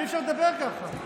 אי-אפשר לדבר ככה.